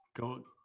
go